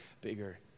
bigger